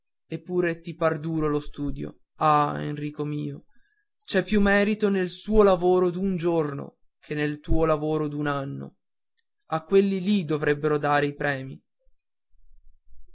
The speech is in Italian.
pure ti par duro lo studio ah enrico mio c'è più merito nel suo lavoro d'un giorno che nel tuo lavoro d'un anno a quelli lì dovrebbero dare i primi premi